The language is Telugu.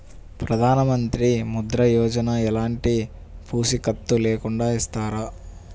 ప్రధానమంత్రి ముద్ర యోజన ఎలాంటి పూసికత్తు లేకుండా ఇస్తారా?